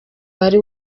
wari